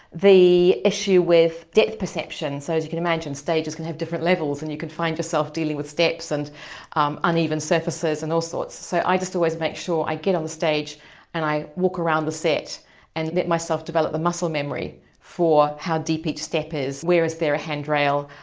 the issue with depth perception so, as you can imagine stages can have different levels and you could find yourself dealing with steps and um uneven surfaces and all sorts, so i just always make sure i get on the stage and i walk around the set and let myself develop the muscle memory for how deep each step is, where is there a handrail.